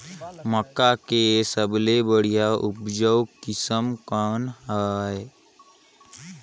मक्का के सबले बढ़िया उपजाऊ किसम कौन हवय?